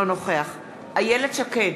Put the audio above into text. אינו נוכח איילת שקד,